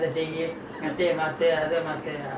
not for me because your friends will come